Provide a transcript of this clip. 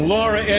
Laura